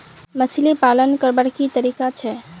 मछली पालन करवार की तरीका छे?